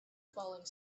falling